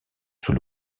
sous